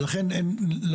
ולכן אין,